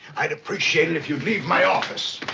i'd appreciate it if you'd leave my office,